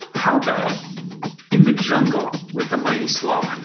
how about in the jungle with the mighty sloth?